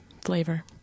flavor